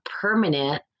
permanent